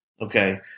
Okay